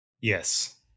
Yes